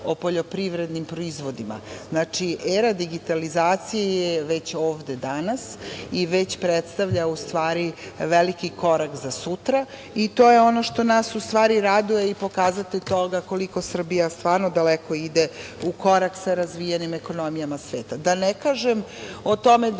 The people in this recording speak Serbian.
o poljoprivrednim proizvodima. Znači, era digitalizacije je već ovde danas i već predstavlja u stvari veliki korak za sutra i to je ono što nas u stvari raduje i pokazatelj toga koliko Srbija stvarno daleko ide u korak sa razvijenim ekonomijama sveta,